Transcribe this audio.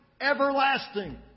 everlasting